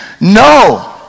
No